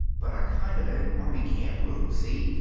but a kind of an army camp room, see?